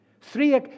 Three